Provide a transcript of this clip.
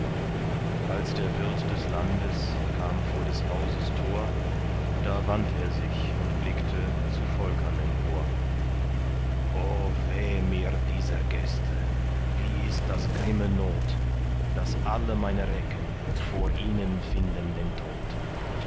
als der wirt des landes kam vor des hauses tor da wandt er sich und blickte zu volkern empor o weh mir dieser gäste wie ist das grimme not daß alle meine recken vor ihnen finden den tod